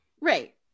Right